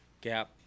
gap